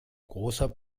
großer